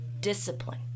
Discipline